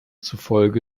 zufolge